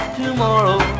tomorrow